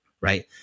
right